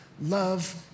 love